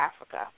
Africa